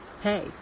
Hey